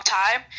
time